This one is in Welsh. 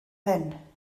hyn